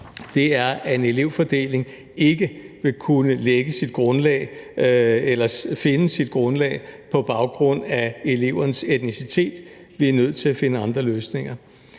os, er, at en elevfordeling ikke vil kunne finde sit grundlag på baggrund af elevernes etnicitet. Vi er nødt til at finde andre løsninger.